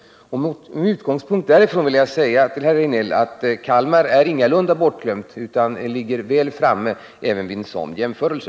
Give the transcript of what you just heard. Med utgångspunkt därifrån vill jag säga till herr Rejdnell att Kalmar ingalunda är bortglömt utan att denna stad ligger väl framme även vid en sådan jämförelse.